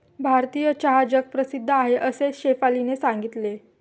भारतीय चहा जगप्रसिद्ध आहे असे शेफालीने सांगितले